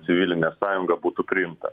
civilinė sąjunga būtų priimta